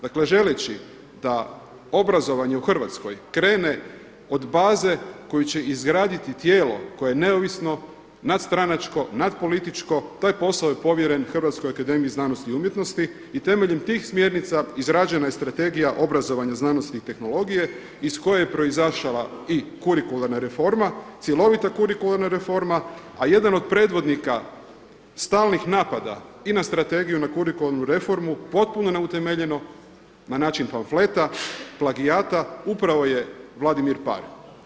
Dakle, želeći da obrazovanje u Hrvatskoj krene od baze koju će izgraditi tijelo koje je neovisno, nadstranačko, natpolitičko, taj posao je povjeren Hrvatskoj akademiji znanosti i umjetnosti i temeljem tih smjernica izrađena je Strategija obrazovanja, znanosti i tehnologije iz koje je proizašla i kurikularna reforma, cjelovita kurikularna reforma, a jedan od predvodnika stalnih napada i na strategiju i na kurikularnu reformu potpuno je neutemeljeno na način pamfleta, plagijata, upravo je Vladimir Paar.